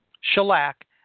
shellac